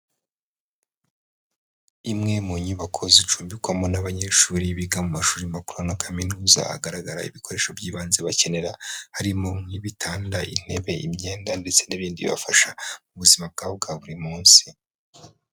Imwe mu nyubako zicumbikwamo n'abanyeshuri biga mu mashuri makuru nka kaminuza, hagaragara ibikoresho by'ibanze bakenera, harimo nk'ibitanda, intebe, imyenda, ndetse n'ibindi bibafasha mu buzima bwabo bwa buri munsi.